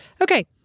Okay